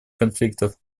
конфликтов